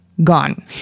Gone